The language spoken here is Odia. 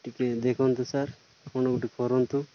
ଟିକିଏ ଦେଖନ୍ତୁ ସାର୍ କ'ଣ ଗୋଟେ କରନ୍ତୁ